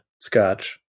scotch